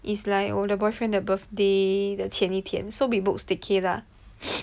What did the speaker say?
is like 我的 boyfriend 的 birthday 的前一天 so we book staycay lah